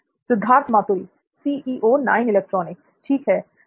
सिद्धार्थ मातुरी ठीक है सर